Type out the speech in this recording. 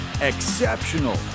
Exceptional